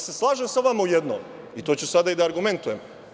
Slažem se sa vama u jednom i to ću sada da argumentujem.